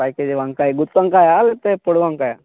five KG వంకాయ గుత్తి వంకాయా లేకపోతే పొడుగు వంకాయ